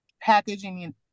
packaging